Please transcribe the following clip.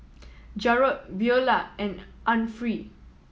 Jarrod Beula and Anfernee